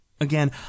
Again